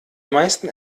meisten